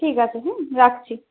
ঠিক আছে রাখছি